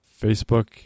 Facebook